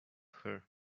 her